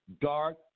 dark